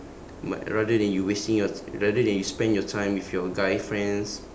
but rather than you wasting your t~ rather than you spend your time with your guy friends